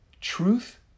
Truth